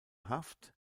haft